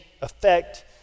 effect